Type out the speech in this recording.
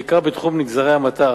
בעיקר בתחום נגזרי המט"ח,